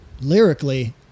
lyrically